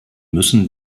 müssen